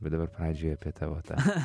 dabar pradžioje apie tavo tą